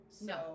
No